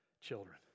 children